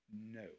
No